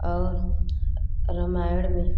और रामायण में